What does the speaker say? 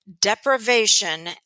deprivation